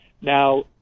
Now